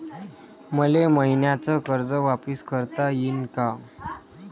मले मईन्याचं कर्ज वापिस करता येईन का?